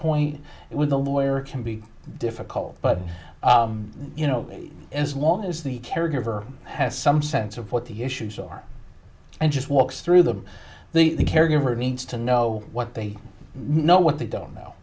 point with a lawyer can be difficult but you know as long as the caregiver has some sense of what the issues are and just walks through them the caregiver needs to know what they know what they don't know